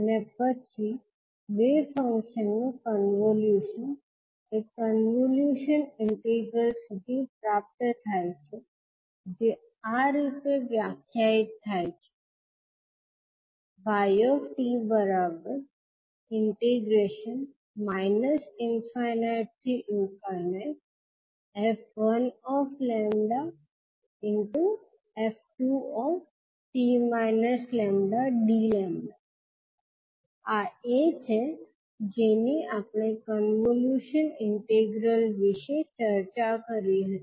અને પછી બે ફંકશનનું કન્વોલ્યુશન એ કન્વોલ્યુશન ઇન્ટિગ્રલ સુધી પ્રાપ્ત થાય છે જે આ રીતે વ્યાખ્યાયિત થાય છે y ∞f1f2t λdλ આ એ છે જેની આપણે કન્વોલ્યુશન ઇન્ટિગ્રલ વિષે ચર્ચા કરી હતી